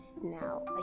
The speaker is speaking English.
Now